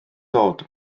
dod